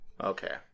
Okay